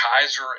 Kaiser